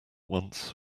once